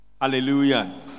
hallelujah